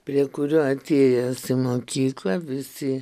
prie kurių atėjęs į mokyklą visi